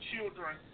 children